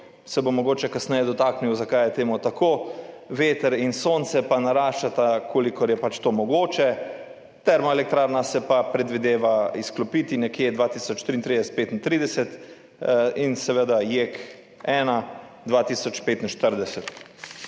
se bom mogoče kasneje dotaknil, zakaj je to tako, veter in sonce naraščata, kolikor je pač to mogoče, termoelektrarna se pa predvideva izklopiti nekje 2033, 2035 in seveda JEK1 2045.